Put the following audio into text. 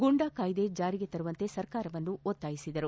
ಗೂಂಡಾ ಕಾಯ್ದೆ ಜಾರಿಗೆ ತರುವಂತೆ ಸರ್ಕಾರವನ್ನು ಒತ್ತಾಯಿಸಿದರು